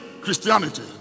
Christianity